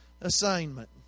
assignment